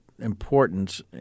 importance